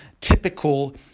typical